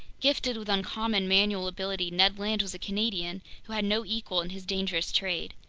gifted with uncommon manual ability, ned land was a canadian who had no equal in his dangerous trade.